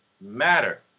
matter